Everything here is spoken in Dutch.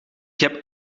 heb